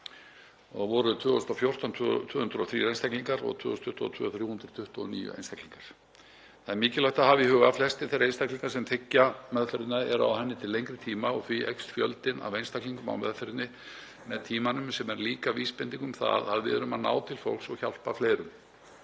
voru árið 2014 203 einstaklingar og 2022 voru það 329 einstaklingar. Það er mikilvægt að hafa í huga að flestir þeirra einstaklinga sem þiggja meðferðina eru á henni til lengri tíma og því eykst fjöldi einstaklinga á meðferðinni með tímanum, sem er líka vísbending um það að við erum að ná til fólks og hjálpa fleirum.